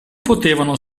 potevano